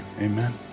Amen